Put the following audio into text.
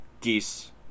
geese